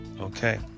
Okay